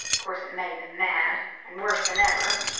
course it made them mad, and worse than ever.